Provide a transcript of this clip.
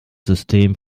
system